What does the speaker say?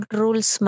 rules